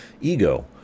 ego